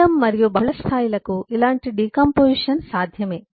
కాండం మరియు బహుళస్థాయిలకు ఇలాంటి డికాంపొజిషన్ సాధ్యమే